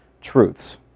truths